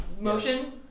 motion